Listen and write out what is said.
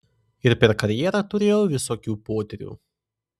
ir per karjerą turėjau visokių potyrių